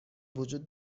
وجود